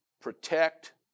protect